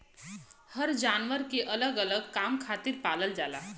हर जानवर के अलग अलग काम खातिर पालल जाला